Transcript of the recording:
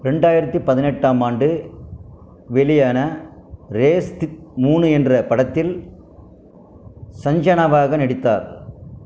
ரெண்டாயிரத்து பதினெட்டாம் ஆண்டு வெளியான ரேஸ் மூணு என்ற படத்தில் சஞ்சனாவாக நடித்தார்